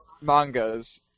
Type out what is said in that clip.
mangas